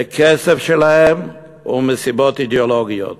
בכסף שלהם ומסיבות אידיאולוגיות,